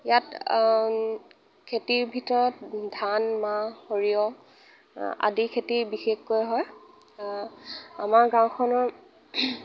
ইয়াত খেতিৰ ভিতৰত ধান মাহ সৰিয়হ আ আদিৰ খেতি বিশেষকৈ হয় আমাৰ গাঁওখনৰ